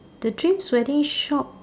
the dreams wedding shop